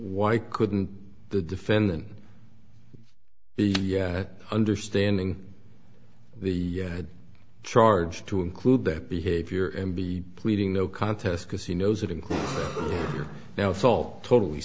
why couldn't the defendant be understanding the charge to include that behavior and be pleading no contest because he knows it and now it's all totally